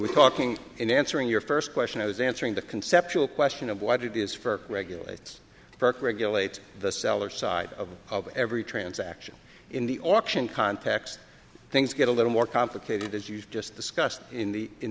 were talking in answering your first question i was answering the conceptual question of what it is for regulates burke regulate the seller side of every transaction in the auction context things get a little more complicated as you've just discussed in the in